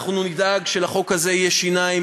אנחנו נדאג שלחוק הזה יהיו שיניים.